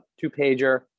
two-pager